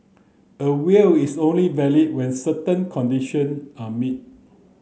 a will is only valid when certain condition are met